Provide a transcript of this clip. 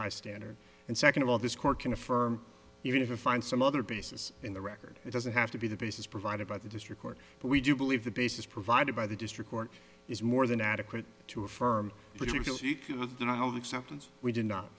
high standard and second of all this court can affirm even if you find some other basis in the record it doesn't have to be the basis provided by the district court but we do believe the basis provided by the district court is more than adequate to affirm